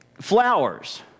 flowers